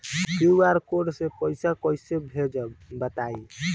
QR code से पईसा कईसे भेजब बताई?